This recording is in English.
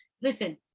listen